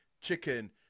chicken